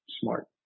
smart